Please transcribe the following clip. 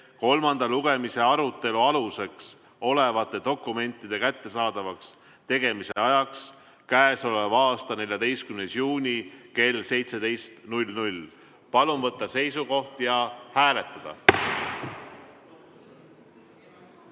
kolmanda lugemise arutelu aluseks olevate dokumentide kättesaadavaks tegemise ajaks k.a 14. juuni kell 17? Palun võtta seisukoht ja hääletada!